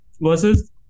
versus